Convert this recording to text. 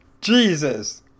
Jesus